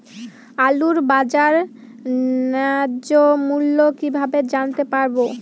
আলুর বাজার ন্যায্য মূল্য কিভাবে জানতে পারবো?